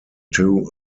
two